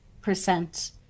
percent